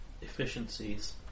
efficiencies